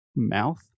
mouth